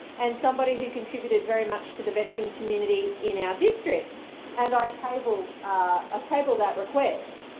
and somebody who contributed very much to the veteran community in our district and i tabled ah tabled that request.